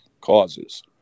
causes